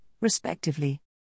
respectively